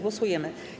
Głosujemy.